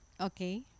okay